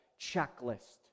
checklist